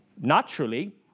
naturally